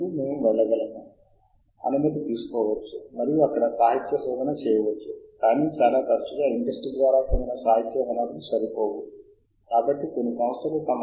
కాబట్టి మనం చేయవలసింది అల్ బటన్ ఉపయోగించి వాటన్నింటినీ ఎంచుకోవడం వాటన్నింటినీ ఎంచుకున్న తర్వాత ఇక్కడ గల డిలీట్ బటన్ పై క్లిక్ చేయండి తద్వారా ఆ నిర్దిష్ట జాబితా ఖాళీ అవుతుంది